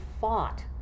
fought